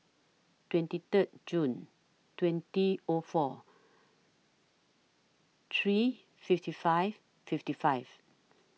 twenty Third June twenty O four three fifty five fifty five